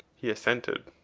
he assented.